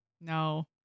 No